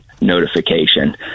notification